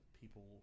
people